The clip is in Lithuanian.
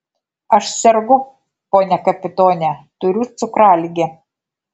aš sergu pone kapitone turiu cukraligę